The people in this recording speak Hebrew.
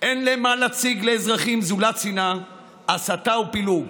אין להם מה להציג לאזרחים זולת שנאה, הסתה ופילוג: